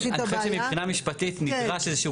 אני חושב שמבחינה משפטית נדרש איזה שהוא